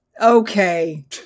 Okay